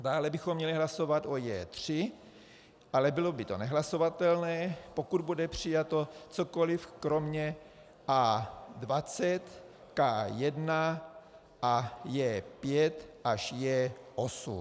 Dále bychom měli hlasovat o J3, ale bylo by to nehlasovatelné, pokud bude přijato cokoli kromě A20, K1 a J5 až J8.